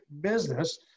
business